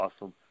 awesome